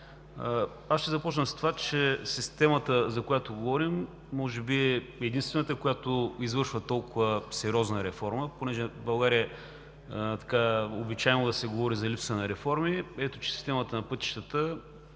Ще започна с това, че системата, за която говорим, може би е единствената, която извършва толкова сериозна реформа. В България е обичайно да се говори за липса на реформи, ето че системата на пътищата